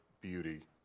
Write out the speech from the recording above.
beauty